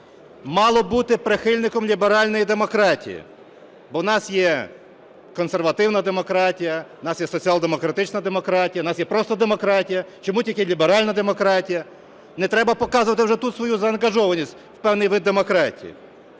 Мало бути прихильником ліберальної демократії, бо у нас є консервативна демократія, у нас є соціал-демократична демократія, у нас є просто демократія. Чому тільки ліберальна демократія? Не треба показувати вже тут свою незаангажованість – певний вид демократії.